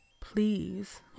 please